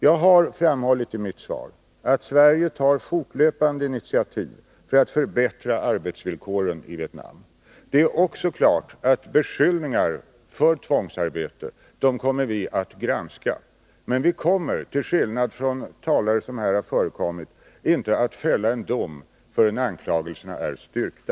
Jag har framhållit i mitt svar att Sverige fortlöpande tar initiativ för att förbättra arbetsvillkoren i Vietnam. Det är också klart att vi kommer att granska beskyllningar om tvångsarbete. Men vi kommer, till skillnad från talare som varit uppe i denna debatt, inte att fälla en dom förrän anklagelserna är styrkta.